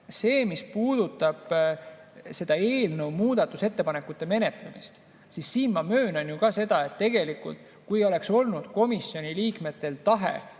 2023. Mis puudutab eelnõu muudatusettepanekute menetlemist, siis ma möönan ju ka seda, et kui tegelikult oleks olnud komisjoni liikmetel tahe